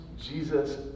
Jesus